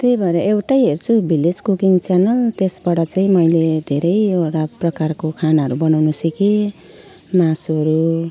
त्यही भएर एउटै हेर्छु भिलेज कुकिङ च्यानल त्यसबाट चाहिँ मैले धेरैवटा प्रकारको खानाहरू बनाउनु सिकेँ मासुहरू